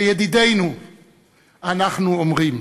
לידידינו אנחנו אומרים: